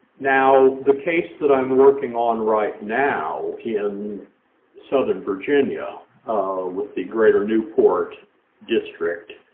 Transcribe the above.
now the case that i'm working on right now in southern virginia with the greater newport district,